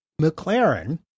McLaren